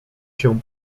się